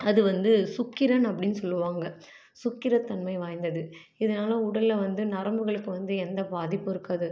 அது வந்து சுக்கிரன் அப்படின்னு சொல்லுவாங்க சுக்கிர தன்மை வாய்ந்தது இதனால உடலில் வந்து நரம்புகளுக்கு வந்து எந்த பாதிப்பும் இருக்காது